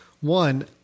One